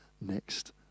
next